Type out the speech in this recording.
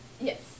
Yes